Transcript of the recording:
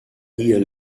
jier